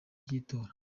by’itora